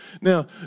Now